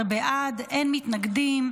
18 בעד, אין מתנגדים,